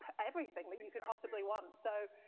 everything but you could possibly want. so,